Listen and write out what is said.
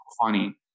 funny